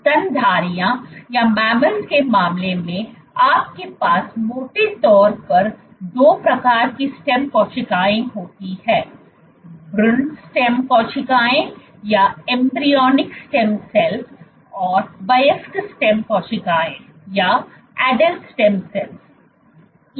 स्तनधारियों के मामले में आपके पास मोटे तौर पर 2 प्रकार की स्टेम कोशिकाएँ होती हैं भ्रूण स्टेम कोशिकाएँ और वयस्क स्टेम कोशिकाएँAdult STEM cells